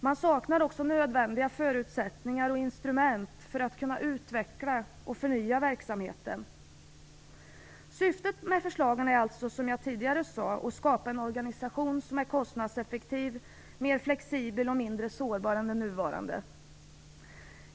Man saknar också nödvändiga förutsättningar och instrument för att kunna utveckla och förnya verksamheten. Syftet med förslagen är alltså, som jag tidigare sade, att skapa en organisation som är kostnadseffektiv, mer flexibel och mindre sårbar än den nuvarande.